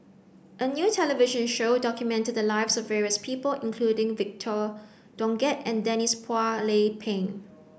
a new television show documented the lives of various people including Victor Doggett and Denise Phua Lay Peng